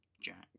Jack